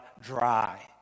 dry